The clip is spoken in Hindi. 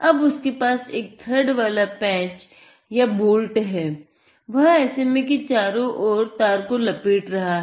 अब उसके पास एक थ्रेड वाला पेंच या बोल्ट है और वह SMA के चारो ओर तार को लपेड रहा है